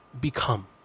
become